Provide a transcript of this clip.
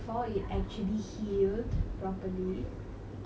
and I went err for dance practice lah